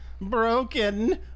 broken